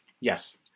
yes